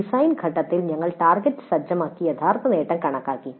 design ഘട്ടത്തിൽ ഞങ്ങൾ ടാർഗെറ്റുകൾ സജ്ജമാക്കി യഥാർത്ഥ നേട്ടം കണക്കാക്കി